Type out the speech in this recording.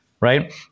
right